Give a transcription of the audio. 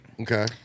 Okay